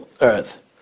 earth